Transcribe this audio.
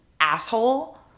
asshole